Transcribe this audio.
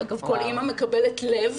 אמהות, אגב כל אמא מקבלת לב